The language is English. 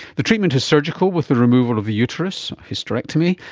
the treatment is surgical with the removal of the uterus, hysterectomy,